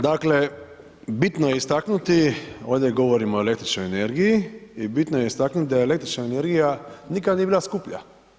Dakle bitno je istaknuti ovdje govorimo o električnoj energiji, i bitno je istaknuti da električna energija nikada nije bila skuplja.